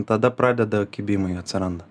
tada pradeda kibimai atsiranda